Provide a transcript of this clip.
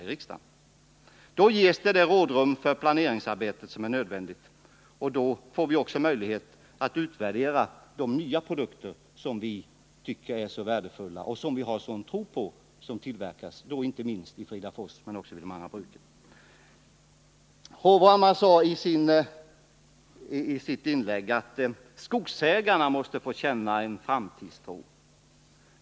Om förslaget bifalles, ges det rådrum för en planering av arbetet som är nödvändigt, och då får vi också möjlighet att utvärdera de nya produkter som vi anser vara så värdefulla och som vi har sådan tilltro till och som tillverkas inte bara i Fridafors utan även vid de andra bruken. Erik Hovhammar sade i sitt inlägg att skogsägarna måste få känna en framtidstro.